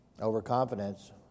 Overconfidence